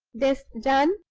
this done,